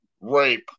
Rape